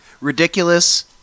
Ridiculous